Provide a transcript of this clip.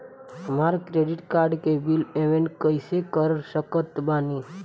हमार credit card के bill payment कइसे कर सकत बानी?